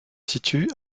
situe